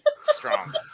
strong